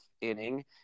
inning